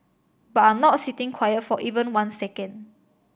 but are not sitting quiet for even one second